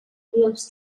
groups